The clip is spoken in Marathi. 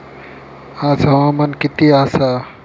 आज हवामान किती आसा?